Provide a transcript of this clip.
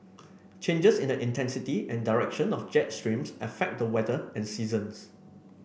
changes in the intensity and direction of jet streams affect the weather and seasons